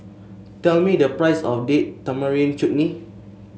tell me the price of Date Tamarind Chutney